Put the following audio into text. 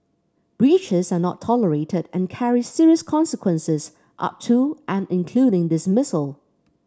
breaches are not tolerated and carry serious consequences up to and including dismissal